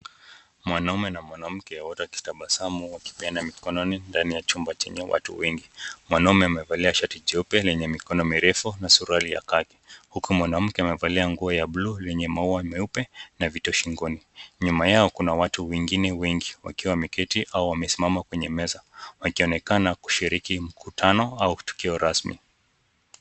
Mwanaume na mwanamke wote wakitabasamu wakipeana mkononi ndani ya chumba chenye watu wengi. Mwanaume amevalia shati cheupe lenye mikono mirefu na suruali ya kaki. Huku mwanamke amevalia nguo ya blue lenye maua meupe na vito shingoni. Nyuma yao kuna watu wengine wengi wakiwa wameketi au wamesimama kwenye meza. Wakionekana kushiriki mkutano au tukio rasmi.